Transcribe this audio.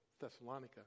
Thessalonica